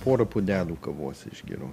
porą puodelių kavos išgėriau